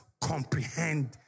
comprehend